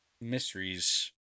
mysteries